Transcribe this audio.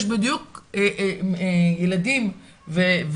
לילדים שלנו,